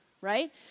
right